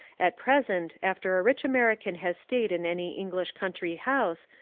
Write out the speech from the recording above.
at present after a rich american has stayed in any english country house,